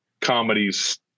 comedies